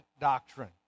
doctrine